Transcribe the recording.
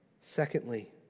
Secondly